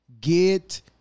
get